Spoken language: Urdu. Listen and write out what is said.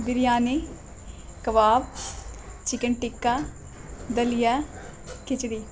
بریانی کباب چکن ٹکا دلیا کھچڑی